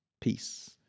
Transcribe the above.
Peace